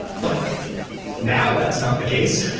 but now that's not the case.